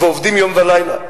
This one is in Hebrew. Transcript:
ועובדים יום ולילה.